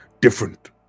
different